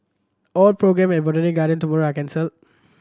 all programme at Botanic Garden tomorrow are cancelled